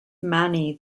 mani